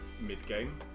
mid-game